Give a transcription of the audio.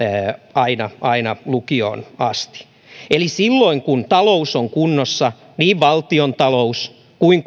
aina aina lukioon asti eli silloin kun talous on kunnossa niin valtiontalous kuin